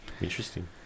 interesting